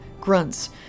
grunts